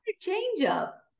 change-up